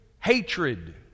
Hatred